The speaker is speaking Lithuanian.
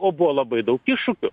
o buvo labai daug iššūkių